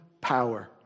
power